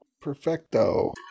Perfecto